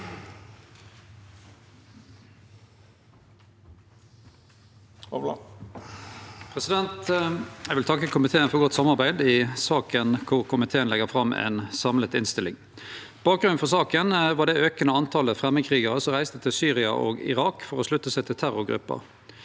for saka): Eg vil takke komiteen for godt samarbeid i saka, kor komiteen legg fram ei samla innstilling. Bakgrunnen for saka var det aukande antalet framandkrigarar som reiste til Syria og Irak for å slutte seg til terrorgrupper.